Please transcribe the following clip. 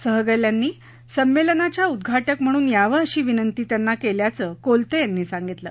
सहगल यांनी संमेलनाच्या उद्घाटक म्हणून यावं अशी विनंती त्यांना केली असल्याचं कोलते यांनी सांगितलं